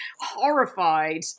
horrified